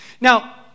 Now